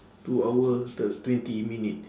two hour thi~ twenty minute